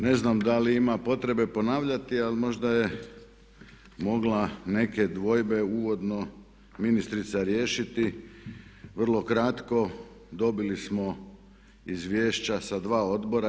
Ne znam da li ima potrebe ponavljati ali možda je mogla neke dvojbe uvodno ministrica riješiti vrlo kratko, dobili smo izvješća sa dva odbora.